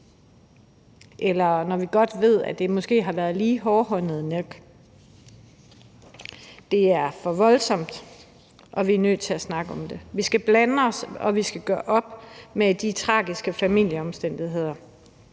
ved vi godt, at det måske har været lige hårdhændet nok? Det er for voldsomt, og vi er nødt til at snakke om det. Vi skal blande os, og vi skal gøre op med ordene tragiske familieomstændigheder,